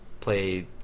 Play